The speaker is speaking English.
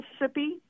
Mississippi